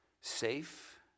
Safe